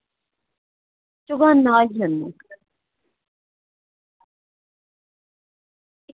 चौगाना होई औन्ने आं